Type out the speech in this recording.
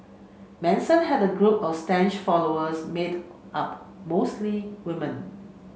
Manson had a group of staunch followers made up mostly woman